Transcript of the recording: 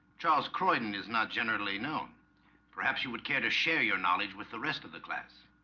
charles croydon is not generally known perhaps you would care to share your knowledge with the rest of the class